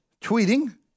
tweeting